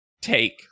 take